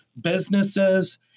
businesses